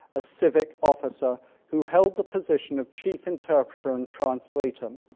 a civic officer who held the position of chief interpreter and translator.